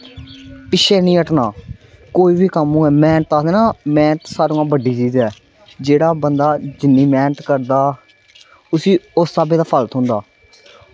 पिच्छें निं हट्टना कोई बी कम्म होऐ मैह्नत आखदे ना मैह्नत सारें कशा बड्डी चीज़ ऐ जेह्ड़ा बंदा जिन्नी मैह्नत करदा उसी उस स्हाबै दा गै फल थ्होंदा